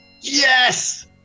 Yes